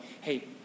hey